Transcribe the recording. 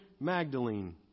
Magdalene